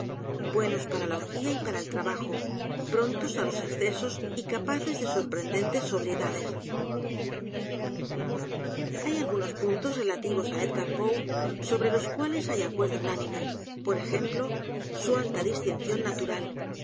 r a la orgía y para el trabajo prontos á los excesos y capaces de sorprendentes sobriedades hay algunos puntos relativos á e d g a r p o e sobre los cuales hay acuerdo unánime por ejemplo su alta distinción natural